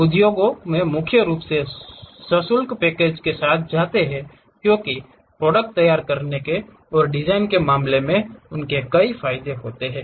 उद्योग मुख्य रूप से सशुल्क पैकेज के साथ जाता है क्योंकि प्रॉडक्ट तैयार करने और डिजाइन करने के मामले में उनके कई फायदे हैं